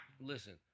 listen